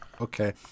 Okay